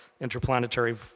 Interplanetary